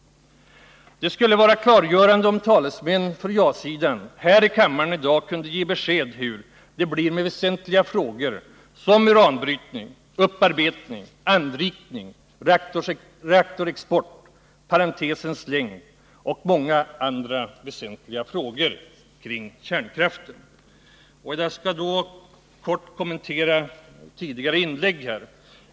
Det skulle vara klargörande om talesmän för ja-sidan här i kammaren i dag kunde ge besked om hur det blir med väsentliga frågor som uranbrytning, upparbetning, anrikning, reaktorexport, parentesens längd och mycket annat väsentligt beträffande kärnkraften. Jag vill övergå till att i korthet kommentera tidigare inlägg.